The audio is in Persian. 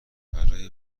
برای